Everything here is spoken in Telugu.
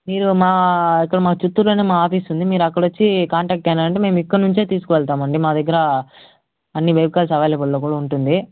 మీరు మా ఇక్కడ మా చిత్తూరులోనే మా ఆఫీసుంది మీరక్కడొచ్చి కాంటాక్ట్ అయినారంటే మేమిక్కడ నుంచే తీసుకువెళ్తామండి మా దగ్గర అన్ని వెహికల్స్ అవైలబుల్లో కూడా ఉంటుంది